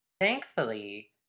Thankfully